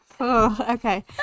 Okay